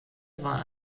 war